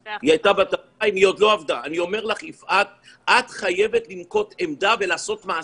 יפעת, את חייבת לנקוט עמדה ולעשות מעשה,